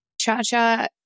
Cha-Cha